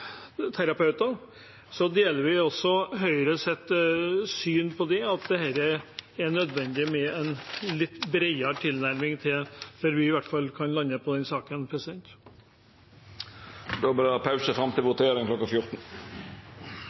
syn på det, at det her er nødvendig med en litt bredere tilnærming før i hvert fall vi kan lande i den saken. Då vert det pause fram til votering kl. 14.